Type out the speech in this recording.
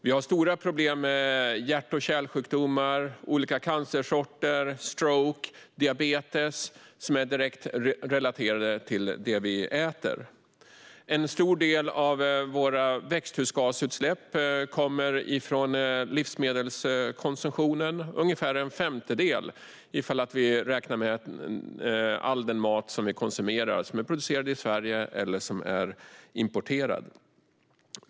Vi har stora problem med hjärt och kärlsjukdomar, olika cancerformer, stroke och diabetes, som är direkt relaterade till det vi äter. En stor del av våra växthusgasutsläpp kommer från livsmedelskonsumtionen - ungefär en femtedel om vi räknar med all den mat som vi konsumerar, som är producerad i Sverige eller importerad.